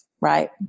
right